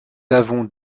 avons